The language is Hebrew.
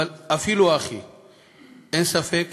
אין ספק